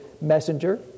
messenger